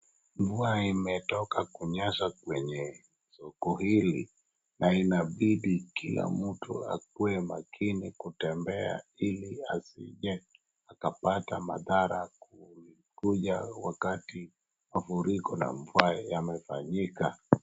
Mvua imetoka kunyesha kwenye soko hili na inabidi kila mtu akuwe makini kutembea ili asije akapata madhara kukuja wakati mafuriko na mvua yamefanyika.